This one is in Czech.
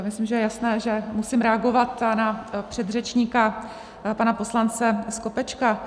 Já myslím, že je jasné, že musím reagovat na předřečníka pana poslance Skopečka.